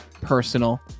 personal